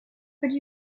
could